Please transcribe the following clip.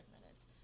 minutes